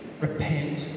repent